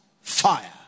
Fire